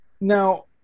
Now